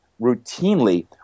routinely